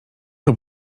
rób